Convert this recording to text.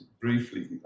briefly